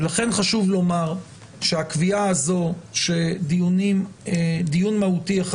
ולכן חשוב לומר שהקביעה הזאת שדיון מהותי אחד